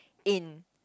in